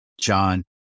John